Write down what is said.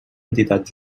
entitat